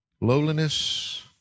Lowliness